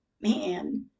Man